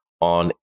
on